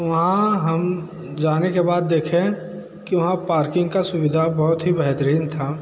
वहाँ हम जाने के बाद देखें कि वहाँ पार्किंग की सुविधा बहुत ही बेहतरीन था